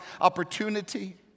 opportunity